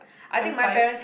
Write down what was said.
I'm fine